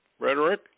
rhetoric